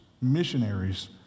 missionaries